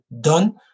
done